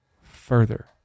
further